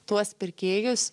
tuos pirkėjus